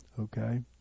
Okay